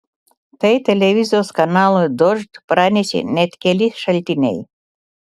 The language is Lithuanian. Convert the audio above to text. tai televizijos kanalui dožd pranešė net keli šaltiniai